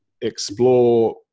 explore